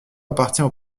appartient